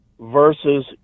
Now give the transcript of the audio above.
versus